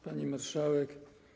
Pani Marszałek!